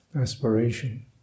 aspiration